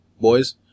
boys